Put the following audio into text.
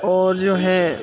اور جو ہے